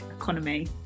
economy